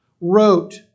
wrote